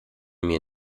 mir